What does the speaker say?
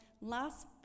last